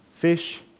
Fish